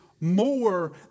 more